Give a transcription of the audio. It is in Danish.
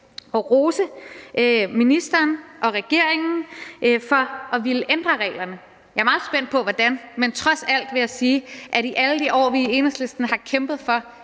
og rose ministeren og regeringen for at ville ændre reglerne. Jeg er meget spændt på hvordan, men trods alt vil jeg sige, at det her nok er det længste, vi er kommet,